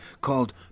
called